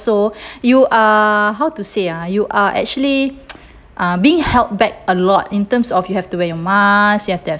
you are a how to say ah you are actually uh being held back a lot in terms of you have to wear your mask you have to have